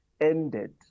ended